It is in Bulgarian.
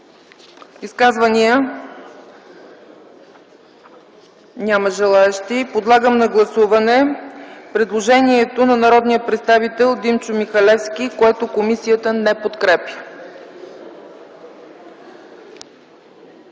Изказвания? Няма желаещи. Подлагам на гласуване предложението на народния представител Димчо Михалевски, което комисията не подкрепя.